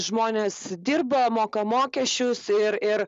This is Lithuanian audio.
žmonės dirba moka mokesčius ir ir